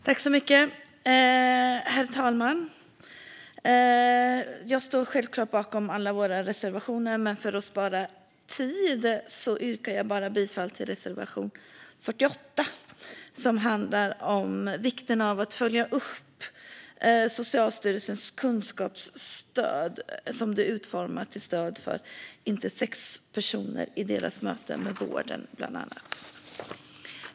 Herr talman! Jag står självklart bakom alla våra reservationer, men för att spara tid yrkar jag bifall endast till reservation 48. Den handlar om vikten av att följa upp Socialstyrelsens kunskapsstöd, som är utformat till stöd för intersexpersoner i deras möte med vården.